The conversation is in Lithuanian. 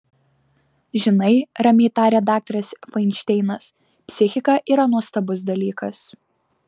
žinai ramiai tarė daktaras fainšteinas psichika yra nuostabus dalykas